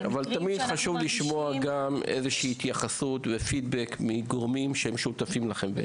תמיד חשוב לשמוע גם התייחסות ופידבק מגורמים ששותפים לכם.